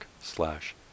slash